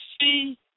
see